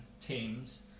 teams